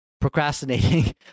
procrastinating